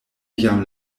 jam